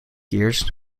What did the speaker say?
years